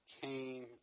came